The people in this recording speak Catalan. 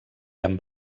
amb